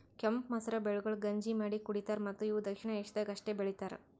ಕೆಂಪು ಮಸೂರ ಬೆಳೆಗೊಳ್ ಗಂಜಿ ಮಾಡಿ ಕುಡಿತಾರ್ ಮತ್ತ ಇವು ದಕ್ಷಿಣ ಏಷ್ಯಾದಾಗ್ ಅಷ್ಟೆ ಬೆಳಿತಾರ್